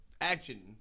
action